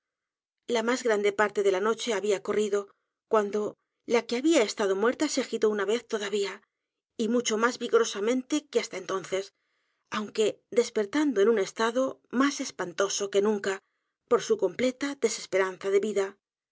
la más grande parte de la noche había corrido cuando la que había estado muerta se agitó una vez todavía y mucho más vigorosamente que hasta entonces aunque despertando en un estado más e s p a n toso que nunca por su completa desesperanza de vida